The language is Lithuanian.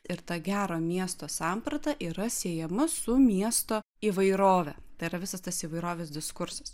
ir ta gero miesto samprata yra siejama su miesto įvairove tai yra visas tas įvairovės diskursas